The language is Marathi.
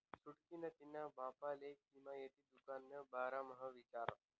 छुटकी नी तिन्हा बापले किफायती दुकान ना बारा म्हा विचार